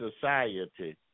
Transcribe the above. society